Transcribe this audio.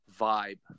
vibe